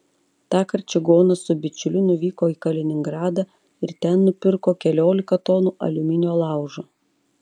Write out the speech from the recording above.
tąkart čigonas su bičiuliu nuvyko į kaliningradą ir ten nupirko keliolika tonų aliuminio laužo